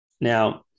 Now